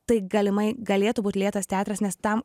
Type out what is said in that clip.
tai galimai galėtų būt lėtas teatras nes tam